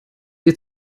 ihr